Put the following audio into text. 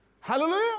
Hallelujah